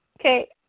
okay